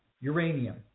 uranium